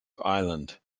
island